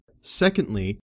Secondly